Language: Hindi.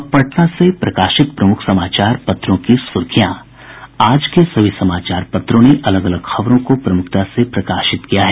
अब पटना से प्रकाशित प्रमुख समाचार पत्रों की सुर्खियां आज के सभी समाचार पत्रों ने अलग अलग खबरों को प्रमुखता से प्रकाशित किया है